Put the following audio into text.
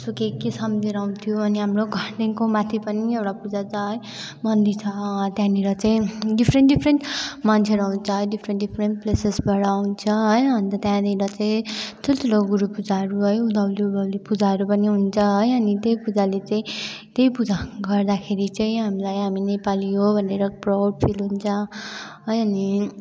त्यसो के के सम्झेर आउँथ्यो अनि हाम्रो घरदेखिको माथि पनि एउटा पूजा छ है मन्दिर छ त्यहाँनिर चाहिँ डिफरेन्ट डिफरेन्ट मन्छेहरू आउँछ डिफरेन्ट डिफरेन्ट प्लेसेसबाट आउँछ है अनि त्यहाँनिर चाहिँ ठुल्ठुलो गुरुपूजाहरू है उँधौली उँभौली पूजाहरू पनि हुन्छ है अनि त्यही पूजाले चाहिँ त्यही पूजा गर्दाखेरि चाहिँ हामीलाई हामी नेपाली हो भनेर प्राउड फिल हुन्छ है अनि